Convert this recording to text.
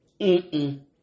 -mm